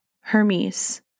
Hermes